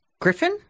Griffin